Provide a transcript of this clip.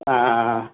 ஆ ஆ ஆ